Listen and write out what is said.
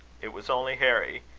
it was only harry,